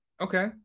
Okay